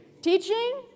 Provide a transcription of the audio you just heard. Teaching